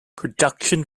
production